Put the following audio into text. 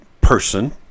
person